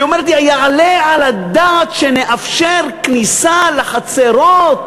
היא אומרת לי: היעלה על הדעת שנאפשר כניסה לחצרות?